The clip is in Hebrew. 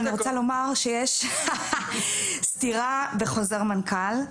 אני רוצה לומר שיש סתירה בחוזר מנכ"ל,